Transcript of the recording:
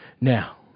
Now